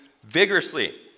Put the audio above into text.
vigorously